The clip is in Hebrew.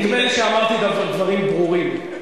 נדמה לי שאמרתי דברים ברורים.